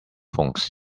phones